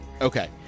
Okay